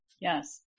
Yes